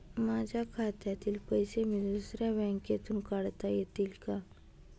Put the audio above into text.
माझ्या खात्यातील पैसे मी दुसऱ्या बँकेतून काढता येतील का?